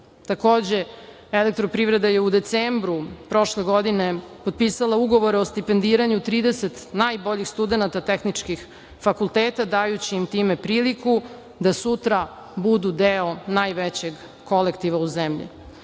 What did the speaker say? Takođe, "Elektroprivreda" je u decembru prošle godine potpisala ugovore o stipendiranju 30 najboljih studenata tehničkih fakulteta, dajući im time priliku da sutra budu deo najvećeg kolektiva u zemlji. Da